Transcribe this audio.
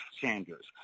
Sanders